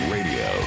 Radio